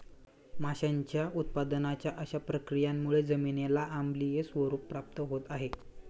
माशांच्या उत्पादनाच्या अशा प्रक्रियांमुळे जमिनीला आम्लीय स्वरूप प्राप्त होत आहे